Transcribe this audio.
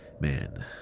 Man